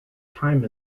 time